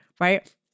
right